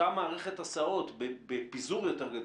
אותה מערכת הסעות בפיזור יותר גדול,